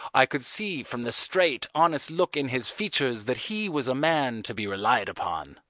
i could see from the straight, honest look in his features that he was a man to be relied upon.